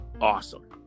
awesome